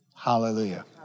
Hallelujah